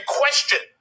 question